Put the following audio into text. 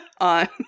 on